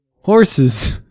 horses